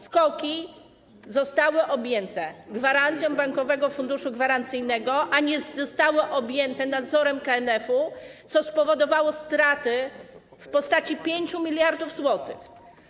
SKOK-i zostały objęte gwarancją Bankowego Funduszu Gwarancyjnego, ale nie zostały objęte nadzorem KNF-u, co spowodowało straty w postaci 5 mld zł.